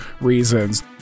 reasons